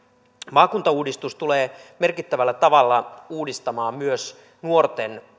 maakuntauudistus tulee merkittävällä tavalla uudistamaan myös nuorten